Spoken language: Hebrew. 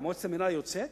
במועצת המינהל היוצאת